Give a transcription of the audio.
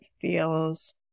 feels